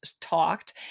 talked